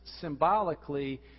symbolically